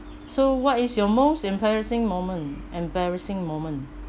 so what is your most embarrassing moment embarrassing moment